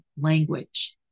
language